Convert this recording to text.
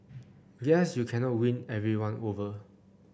guess you can never win everyone over